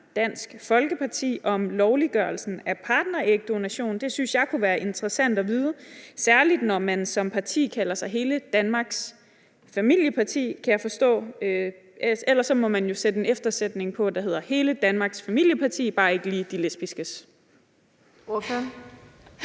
Dansk Folkeparti om lovliggørelsen af partnerægdonation? Det synes jeg kunne være interessant at vide, særlig når man som parti kalder sig hele Danmarks familieparti, kan jeg forstå. Ellers må man jo sætte en eftersætning på, der lyder: hele Danmarks familieparti, bare ikke lige de lesbiskes. Kl.